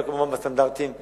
אבל כמובן בסטנדרטים הטובים,